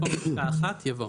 במקום פסקה (1) יבוא: